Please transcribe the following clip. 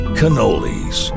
cannolis